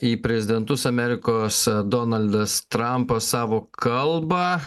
į prezidentus amerikos donaldas trampas savo kalbą